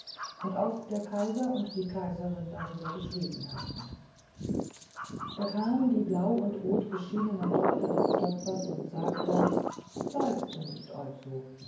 und auch der kaiser und die kaiserin darüber geschwiegen hatten da kam die blau und rot beschienene tochter des töpfers und sagte seufze nicht